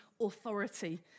authority